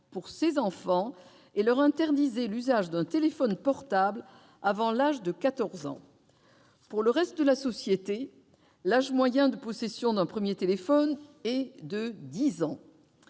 pour ses enfants et leur interdisait l'usage d'un téléphone portable avant l'âge de quatorze ans. Pour le reste de la société, l'âge moyen de possession d'un premier téléphone est de dix ans.